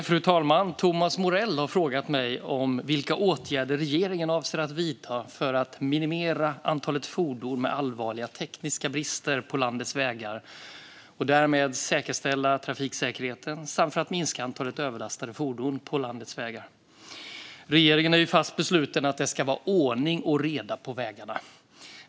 Fru talman! Thomas Morell har frågat mig vilka åtgärder regeringen avser att vidta för att minimera antalet fordon med allvarliga tekniska brister på landets vägar och därmed säkerställa trafiksäkerheten samt för att minska antalet överlastade fordon på landets vägar. Regeringen är fast besluten att det ska vara ordning och reda på vägarna.